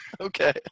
Okay